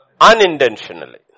unintentionally